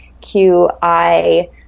Q-I